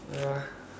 ya